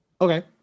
Okay